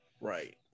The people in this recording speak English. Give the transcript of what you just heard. right